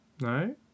No